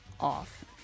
off